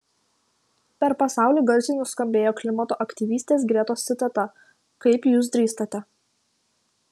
per pasaulį garsiai nuskambėjo klimato aktyvistės gretos citata kaip jūs drįstate